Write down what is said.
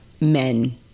men